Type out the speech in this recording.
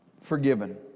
forgiven